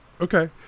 Okay